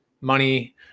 money